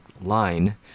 line